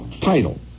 Title